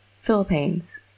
Philippines